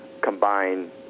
combine